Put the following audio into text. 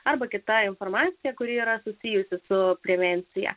arba kita informacija kuri yra susijusi su prevencija